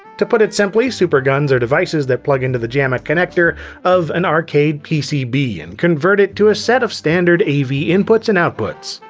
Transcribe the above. to put it simply, superguns are devices that plug into the jamma connector of an arcade pcb and convert it to a set of standard a v inputs and outputs.